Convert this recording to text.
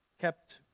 kept